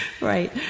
Right